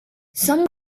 some